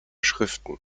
schriften